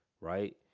right